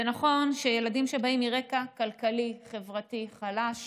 זה נכון שילדים שבאים מרקע כלכלי-חברתי חלש